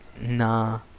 nah